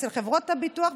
אצל חברות הביטוח,